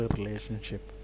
relationship